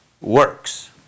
works